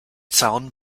zaun